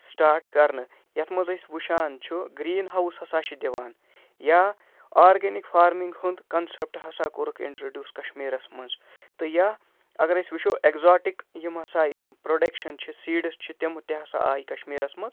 start کرنہٕ یَتھ منٛز أسۍ وُچھان چھِ گریٖن ہاوُس ہسا چھُ دِوان یا آرگَنِک فارمِنٛگ ہُنٛد کَنسیٚپٹہٕ ہسا کوٚرُکھ اِنٹرٛیٚڈیٛوٗس کَشمیٖرَس منٛز تہٕ یا اَگر أسۍ وُچھو ایٚکزواٹِک یِم ہسا یِم پروڈَکشَن چھِ سیٖڈٕس چھِ تِم تہِ ہسا آیہِ کَشمیٖرَس منٛز